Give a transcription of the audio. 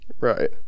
Right